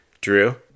drew